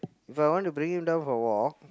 If I want to bring him down for walk